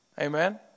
Amen